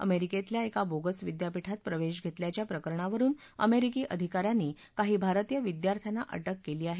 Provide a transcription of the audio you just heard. अमेरिकेत एका बोगस विद्यापीठात प्रवेश घेतल्याच्या प्रकरणावरुन अमेरिकी अधिका यांनी काही भारतीय विद्यार्थ्यांना अटक केली आहे